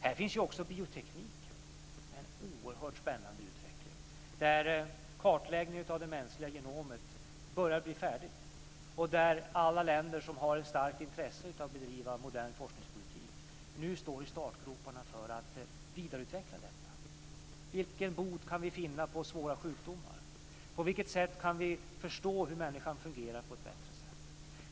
Här finns också biotekniken med en oerhört spännande utveckling. Kartläggningen av det mänskliga genomet börjar bli färdigt. Alla länder som har ett starkt intresse av att bedriva modern forskningspolitik står nu i startgroparna för att vidareutveckla detta. Vilken bot kan vi finna på svåra sjukdomar? På vilket sätt kan vi förstå hur människan fungerar på ett bättre sätt?